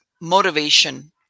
motivation